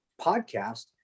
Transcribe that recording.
podcast